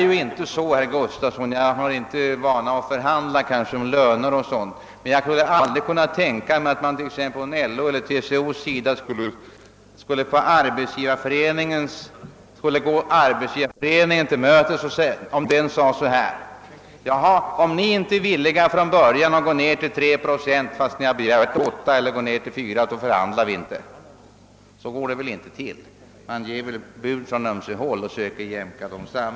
Jag har visserligen inte erfarenhet av löneförhandlingar och dylikt, men jag kan aldrig tänka mig att LO eller TCO skulle gå Arbetsgivareföreningen till mötes om man från detta håll sade att man inte vill förhandla om inte motparten från början accepterade att gå ned från begärda 8 procent till 3 procent. Så går det väl inte till. Man ger väl bud från ömse håll och söker jämka samman dessa.